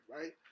right